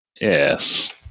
Yes